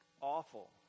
awful